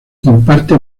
imparte